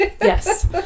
Yes